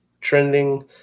trending